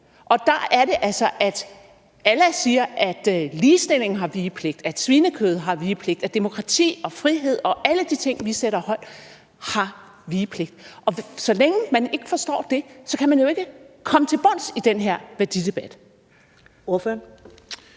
og der er det altså, at Allah siger, at ligestilling har vigepligt, at svinekød har vigepligt, at demokrati og frihed og alle de ting, vi sætter højt, har vigepligt. Og så længe man ikke forstår det, kan man jo ikke komme til bunds i den her værdidebat.